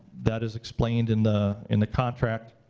that is explained in the in the contract.